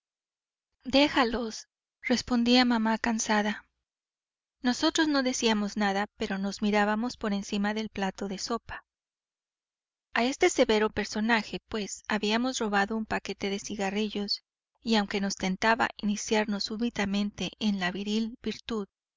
déjalos respondía mamá cansada nosotros no decíamos nada pero nos mirábamos por encima del plato de sopa a este severo personaje pues habíamos robado un paquete de cigarrillos y aunque nos tentaba iniciarnos súbitamente en la viril virtud